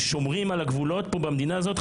שומרים על הגבולות פה במדינה הזאת,